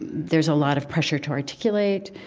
there's a lot of pressure to articulate.